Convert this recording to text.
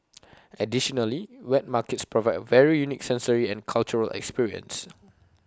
additionally wet markets provide A very unique sensory and cultural experience